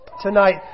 tonight